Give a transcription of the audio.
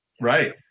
right